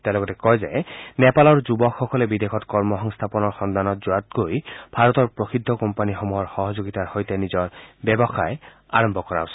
তেওঁ লগতে কয় যে নেপালৰ যুৱকসকলে বিদেশত কৰ্মসংস্থানৰ সন্ধানত যোৱাতকৈ ভাৰতৰ প্ৰসিদ্ধ কোম্পানীসমূহৰ সহযোগীতাৰ সৈতে নিজৰ ব্যৱসায় আৰম্ভ কৰা উচিত